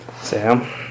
Sam